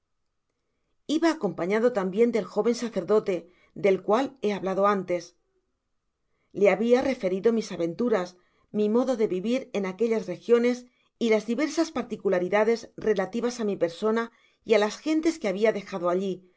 iba acompañado tambien del jóven sacerdote del cual he hablado antes le habia referido mis aventuras mi modo de vivir en aquellas regiones y las diversas particularidades relatn tvas á mi persona y á las gentes que habia dejado alli